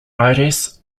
aires